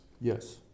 Yes